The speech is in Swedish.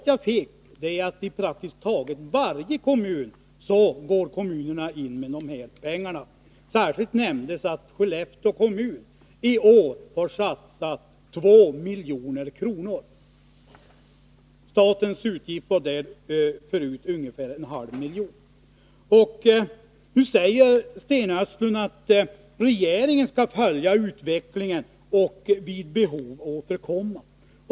Jag fick till svar att praktiskt taget varje kommun går in med pengar. Särskilt nämndes Skellefteå kommun, som i år har satsat 2 milj.kr. Statens utgift i detta sammanhang var förut ungefär 0,5 milj.kr. Sten Östlund säger att regeringen skall följa utvecklingen. Vid behov skall man återkomma.